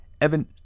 Evan